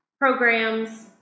programs